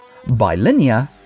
bilinear